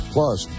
Plus